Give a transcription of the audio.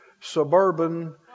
suburban